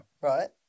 Right